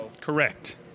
Correct